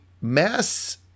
mass